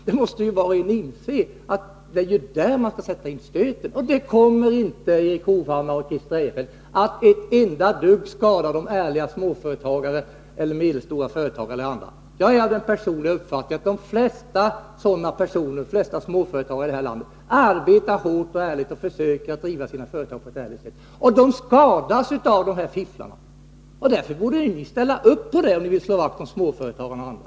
Var och en måste inse att det är här som man skall sätta in stöten. Detta kommer inte, Erik Hovhammar och Christer Eirefelt, att ett enda dugg skada ärliga företagare, varken småföretagare, medelstora företagare eller andra. Jag är av den uppfattningen att de flesta småföretagarna i detta land arbetar hårt och ärligt och försöker att driva sina företag på ett ärligt sätt. Dessa ärliga företagare skadas av fifflarna. Därför borde ni ställa er bakom vårt förslag, om ni vill slå vakt om bl.a. småföretagarna.